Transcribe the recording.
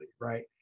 Right